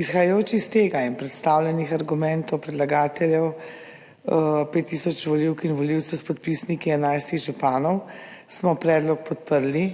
Izhajajoč iz tega in predstavljenih argumentov predlagateljev, 5 tisoč volivk in volivcev s podpisniki 11 županov, smo na odboru predlog podprli,